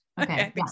Okay